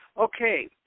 Okay